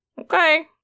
Okay